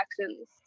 actions